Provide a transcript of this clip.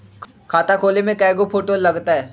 खाता खोले में कइगो फ़ोटो लगतै?